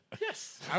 Yes